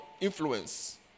influence